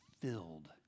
filled